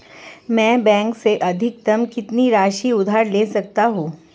मैं बैंक से अधिकतम कितनी राशि उधार ले सकता हूँ?